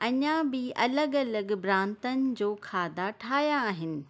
अञा बि अलॻि अलॻि प्रांतनि जो खाधा ठाहिया आहिनि